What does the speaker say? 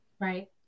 right